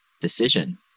decision